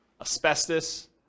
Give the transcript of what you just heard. asbestos